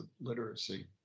literacy